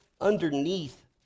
underneath